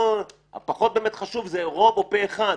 פחות חשוב אם זה רוב או פה אחד.